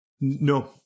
No